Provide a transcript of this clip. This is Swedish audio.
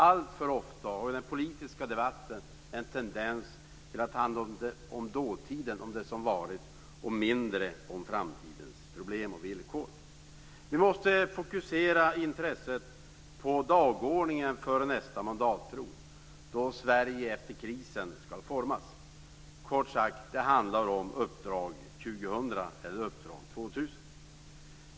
Alltför ofta har den politiska debatten en tendens att handla om dåtiden, om det som varit, och mindre om framtidens problem och villkor. Vi måste fokusera intresset på dagordningen för nästa mandatperiod då Sverige efter krisen skall formas. Kort sagt: Det handlar om uppdrag 2000.